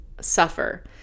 Suffer